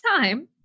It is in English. time